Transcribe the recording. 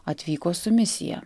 atvyko su misija